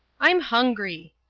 i'm hungry,